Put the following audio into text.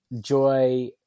Joy